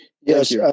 yes